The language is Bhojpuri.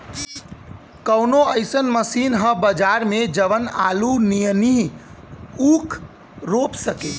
कवनो अइसन मशीन ह बजार में जवन आलू नियनही ऊख रोप सके?